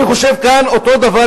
אני חושב שכאן אותו דבר,